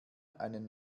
einen